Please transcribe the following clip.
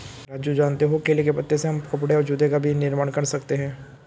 राजू जानते हो केले के पत्ते से हम कपड़े और जूते का भी निर्माण कर सकते हैं